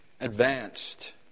advanced